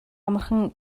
амархан